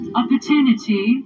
opportunity